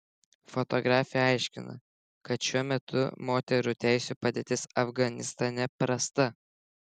fotografė aiškina kad šiuo metu moterų teisių padėtis afganistane prasta